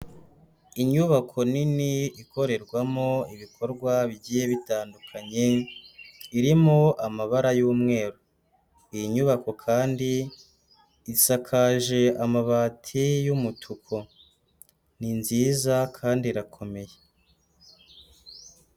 Inyubako nini ikorerwamo ibikorwa bigiye bitandukanye irimo amabara y'umweru, iyi nyubako kandi isakaje amabati y'umutuku, ni nziza kandi irakomeye.